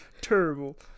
Terrible